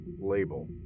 Label